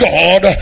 God